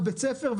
בית הספר,